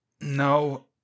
No